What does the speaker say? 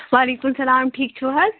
وعلیکُم سلام ٹھیٖک چھُو حظ